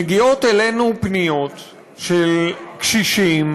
מגיעות אלינו פניות של קשישים,